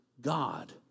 God